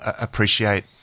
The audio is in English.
appreciate